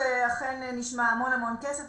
זה אכן נשמע המון המון כסף,